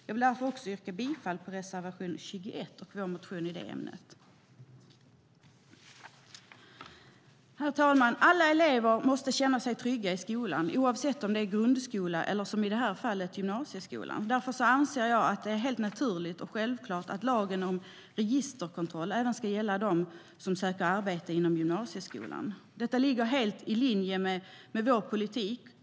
Jag vill därför yrka bifall till reservation 21 och vår motion i det ämnet. Herr talman! Alla elever måste känna sig trygga i skolan oavsett om det är grundskola eller som i det här fallet gymnasieskola. Därför anser jag att det är helt naturligt och självklart att lagen om registerkontroll även ska gälla dem som söker arbete inom gymnasieskolan. Detta ligger helt i linje med vår politik.